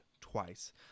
twice